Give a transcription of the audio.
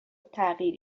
تغییر